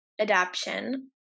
adaption